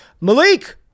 Malik